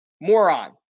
moron